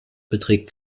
beträgt